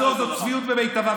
זו הצביעות במיטבה.